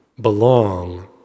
belong